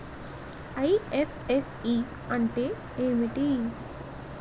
IFSC అంటే ఏమిటి?